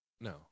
No